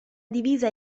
divisa